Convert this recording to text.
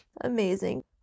amazing